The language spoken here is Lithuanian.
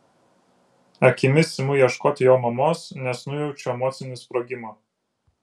akimis imu ieškoti jo mamos nes nujaučiu emocinį sprogimą